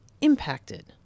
impacted